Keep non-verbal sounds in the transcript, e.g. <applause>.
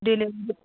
<unintelligible>